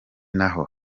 naho